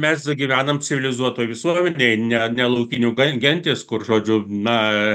mes gyvenam civilizuotoj visuomenėj ne laukinių gentyskur žodžiu na